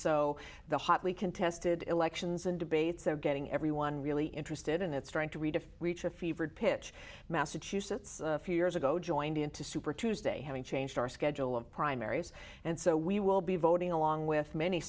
so the hotly contested elections and debates are getting everyone really interested and it's trying to redefine reach a fever pitch massachusetts a few years ago joined into super tuesday having changed our schedule of primaries and so we will be voting along with many